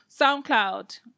soundcloud